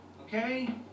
Okay